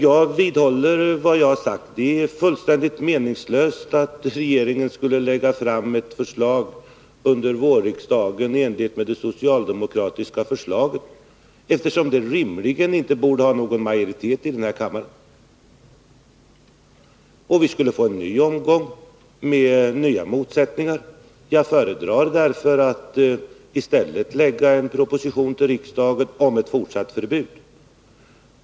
Jag vidhåller vad jag har sagt: Det är fullständigt meningslöst att regeringen lägger fram ett förslag för riksdagen under våren i enlighet med det socialdemokratiska förslaget, eftersom det rimligen inte borde ha stöd av någon majoritet i denna kammare. Vi skulle få en ny omgång med nya motsättningar. Jag föredrar därför att i stället lägga fram en proposition för riksdagen om ett fortsatt förbud.